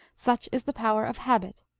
such is the power of habit,